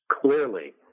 clearly